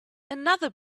another